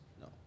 No